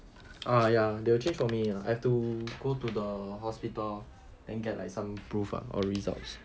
err ya they will change for me I have to go to the hospital then get like some proof or results